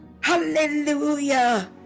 Hallelujah